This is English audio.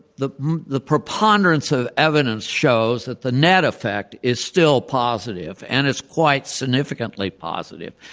the the preponderance of evidence shows that the net effect is still positive, and it's quite significantly positive.